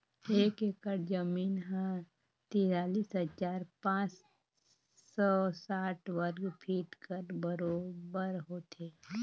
एक एकड़ जमीन ह तिरालीस हजार पाँच सव साठ वर्ग फीट कर बरोबर होथे